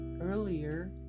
earlier